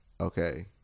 okay